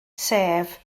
sef